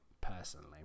personally